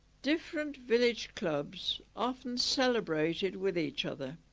different village clubs often celebrated with each other